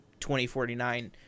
2049